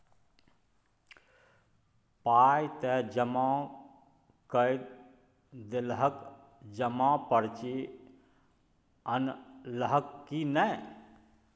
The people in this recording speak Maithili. पाय त जमा कए देलहक जमा पर्ची अनलहक की नै